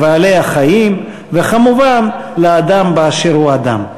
לבעלי-החיים וכמובן לאדם באשר הוא אדם.